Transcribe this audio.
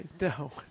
no